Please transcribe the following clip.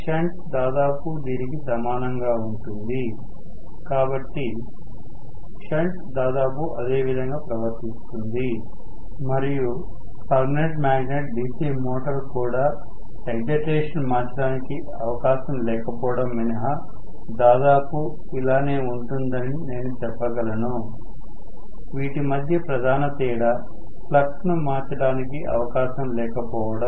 shunt దాదాపు దీనికి సమానంగా ఉంటుంది కాబట్టి షంట్ దాదాపు అదే విధంగా ప్రవర్తిస్తుంది మరియు పర్మినెంట్ మ్యాగ్నెట్ DC మోటారు కూడా ఎగ్జైటేషన్ మార్చడానికి అవకాశం లేకపోవడం మినహా దాదాపు ఇలానే ఉంటుందని నేను చెప్పగలను వీటి మధ్య ప్రధాన తేడా ఫ్లక్స్ ను మార్చడానికి అవకాశం లేకపోవడం